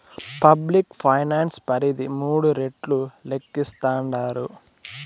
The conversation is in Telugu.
పబ్లిక్ ఫైనాన్స్ పరిధి మూడు రెట్లు లేక్కేస్తాండారు